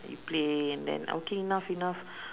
you play and then okay enough enough